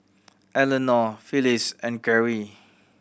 Elenore Phillis and Kerrie